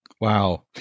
Wow